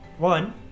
One